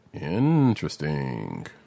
Interesting